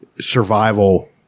survival